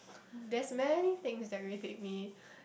there's many things that irritate me